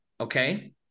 Okay